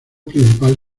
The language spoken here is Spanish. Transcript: principal